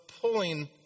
pulling